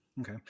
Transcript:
Okay